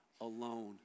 alone